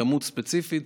בכמות ספציפית,